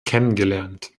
kennengelernt